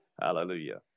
hallelujah